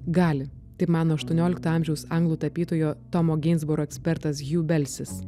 gali taip mano aštuoniolikto amžiaus anglų tapytojo tomo ginsburo ekspertas hju belsis